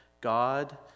God